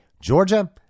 Georgia